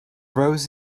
rose